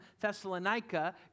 Thessalonica